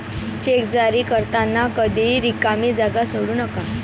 check जारी करताना कधीही रिकामी जागा सोडू नका